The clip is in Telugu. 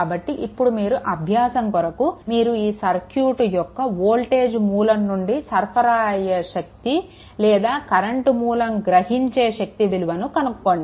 కాబట్టి ఇప్పుడు మీరు అభ్యాసం కొరకు మీరు ఈ సర్క్యూట్ యొక్క వోల్టేజ్ మూలం నుండి సరఫరా అయ్యే శక్తి లేదా ఈ కరెంట్ మూలం గ్రహించే శక్తి విలువను కనుక్కోండి